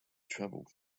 travel